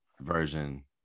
version